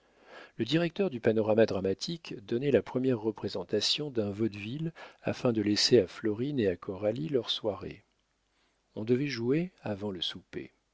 le directeur du panorama dramatique donnait la première représentation d'un vaudeville afin de laisser à florine et à coralie leur soirée on devait jouer avant le souper